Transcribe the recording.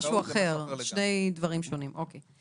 כן, זה משהו אחר, זה שני דברים שונים, אוקיי.